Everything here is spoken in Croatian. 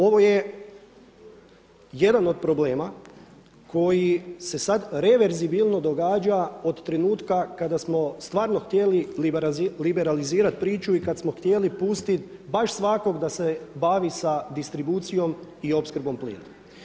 Ovo je jedan od problema koji se sada reverzibilno događa od trenutka kada smo stvarno htjeli liberalizirati priču i kada smo htjeli pustiti baš svakog da se bavi sa distribucijom i opskrbom plina.